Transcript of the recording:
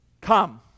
come